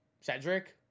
Cedric